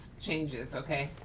changes. okay,